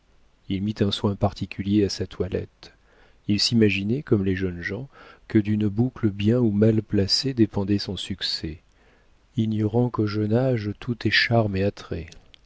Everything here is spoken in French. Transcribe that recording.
il mit un soin particulier à sa toilette il s'imaginait comme les jeunes gens que d'une boucle bien ou mal placée dépendait son succès ignorant qu'au jeune âge tout est charme et